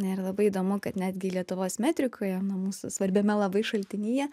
ir labai įdomu kad netgi lietuvos metrikoje nu mūsų svarbiame labai šaltinyje